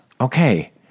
Okay